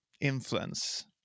influence